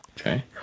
Okay